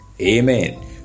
Amen